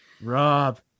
Rob